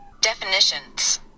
definitions